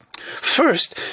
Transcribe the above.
First